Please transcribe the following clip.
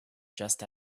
just